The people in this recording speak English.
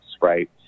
right